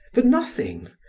for nothing!